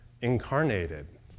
incarnated